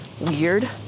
weird